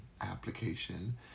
application